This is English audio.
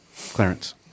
Clarence